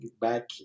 back